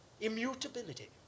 Immutability